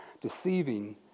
deceiving